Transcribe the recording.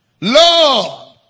lord